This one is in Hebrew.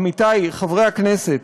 עמיתי חברי הכנסת,